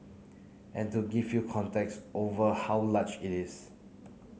and to give you context over how large it is